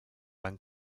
van